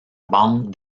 banque